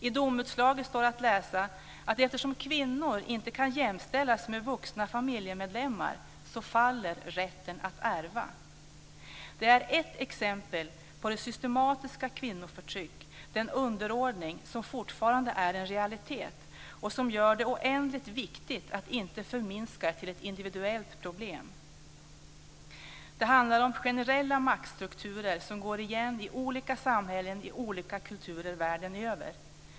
I domen står att läsa att rätten att ärva faller eftersom kvinnor inte kan jämställas med vuxna familjemedlemmar. Det är ett exempel på det systematiska kvinnoförtryck och den underordning som fortfarande är en realitet och som gör det oändligt viktigt att inte förminska detta till ett individuellt problem. Det handlar om generella maktstrukturer som går igen i olika samhällen i olika kulturer världen över.